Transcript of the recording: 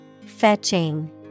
Fetching